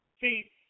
see